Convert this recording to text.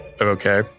Okay